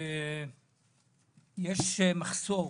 יש מחסור